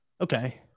Okay